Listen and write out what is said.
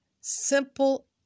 simple